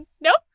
Nope